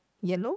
yellow